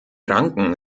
ranken